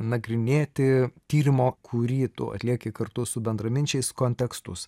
nagrinėti tyrimo kurį tu atlieki kartu su bendraminčiais kontekstus